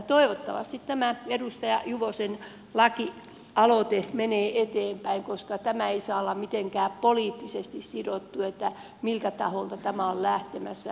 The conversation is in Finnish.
toivottavasti tämä edustaja juvosen lakialoite menee eteenpäin koska tämä ei saa olla mitenkään poliittisesti sidottu miltä taholta tämä on lähtemässä